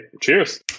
Cheers